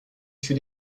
für